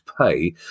pay